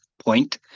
point